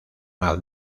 haz